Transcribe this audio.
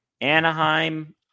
Anaheim